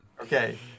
Okay